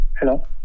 Hello